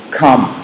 come